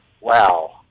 Wow